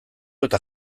eta